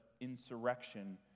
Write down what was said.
insurrection